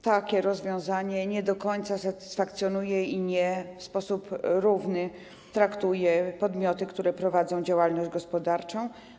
Takie rozwiązanie nie do końca satysfakcjonuje i w nierówny sposób traktuje podmioty, które prowadzą działalność gospodarczą.